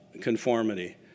conformity